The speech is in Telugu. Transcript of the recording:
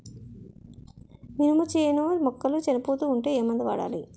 మినప చేను మొక్కలు చనిపోతూ ఉంటే ఏమందు వాడాలి?